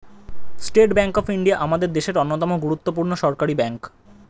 state Bank of India আমাদের দেশের অন্যতম গুরুত্বপূর্ণ সরকারি ব্যাঙ্ক